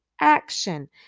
action